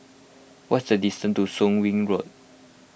what's the distance to Soon Wing Road